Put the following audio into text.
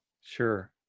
Sure